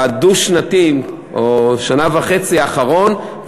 הדו-שנתי או שנה וחצי האחרון,